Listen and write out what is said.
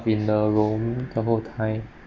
in a room the whole time